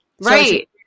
Right